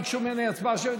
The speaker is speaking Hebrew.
ביקשו ממני הצבעה שמית.